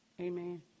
Amen